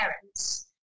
parents